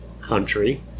country